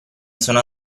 sono